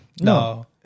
No